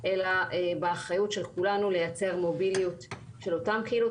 אלא באחריות של כולנו לייצר מוביליות של אותן קהילות,